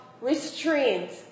restraint